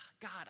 God